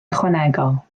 ychwanegol